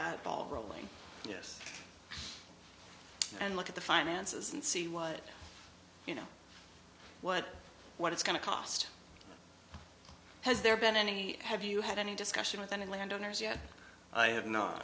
that ball rolling yes and look at the finances and see what you know what what it's going to cost has there been any have you had any discussion with any landowners yet i have not